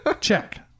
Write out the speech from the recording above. Check